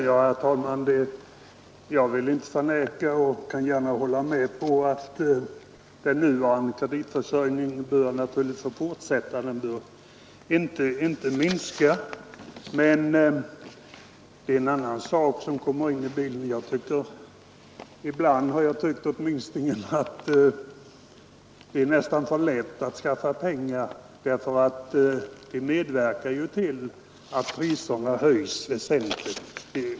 Herr talman! Jag vill inte förneka, och jag kan t.o.m. gärna hålla med om, att de nuvarande möjligheterna till kreditförsörjning naturligtvis bör finnas kvar och inte minskas. Men det är en annan sak som kommer in i bilden. Jag har — åtminstone ibland — tyckt att det nästan är för lätt att skaffa pengar, därför att det medverkar till att priserna höjs väsentligt.